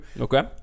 Okay